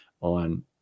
on